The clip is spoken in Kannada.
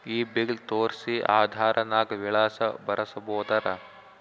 ಈ ಬಿಲ್ ತೋಸ್ರಿ ಆಧಾರ ನಾಗ ವಿಳಾಸ ಬರಸಬೋದರ?